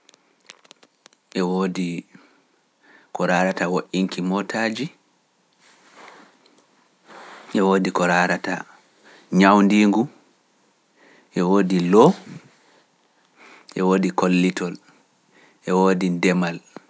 E woodi ko raarata woɗɗinki motaaji, e woodi ko raarata ñawndiingu, e woodi loo, e woodi kollitol, e woodi demal.